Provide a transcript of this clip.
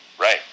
right